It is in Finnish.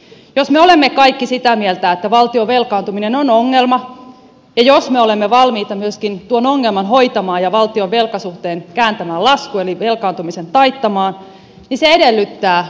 jos me olemme kaikki sitä mieltä että valtion velkaantuminen on ongelma ja jos me olemme valmiita myöskin tuon ongelman hoitamaan ja valtion velkasuhteen kääntämään laskuun eli velkaantumisen taittamaan niin se edellyttää myöskin sopeutustoimia